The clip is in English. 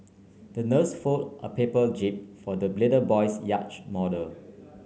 the nurse fold a paper jib for the little boy's yacht model